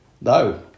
No